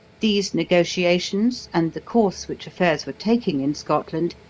these negotiations, and the course which affairs were taking in scotland,